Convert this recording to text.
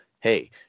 hey